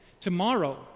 Tomorrow